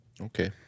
Okay